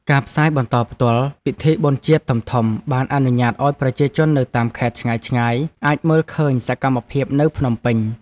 ការផ្សាយបន្តផ្ទាល់ពិធីបុណ្យជាតិធំៗបានអនុញ្ញាតឱ្យប្រជាជននៅតាមខេត្តឆ្ងាយៗអាចមើលឃើញសកម្មភាពនៅភ្នំពេញ។